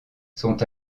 sont